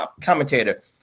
commentator